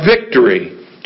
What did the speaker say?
victory